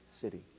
city